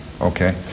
okay